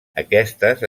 aquestes